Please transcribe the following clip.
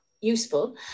useful